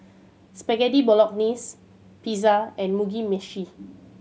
Spaghetti Bolognese Pizza and Mugi Meshi